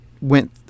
went